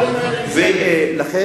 רק זה, גם אלה שהיו להם מפעלים, לכן,